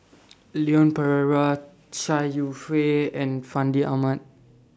Leon Perera Chai Yow Fei and Fandi Ahmad